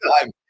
time